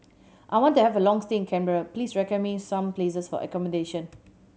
I want to have a long stay in Canberra please recommend me some places for accommodation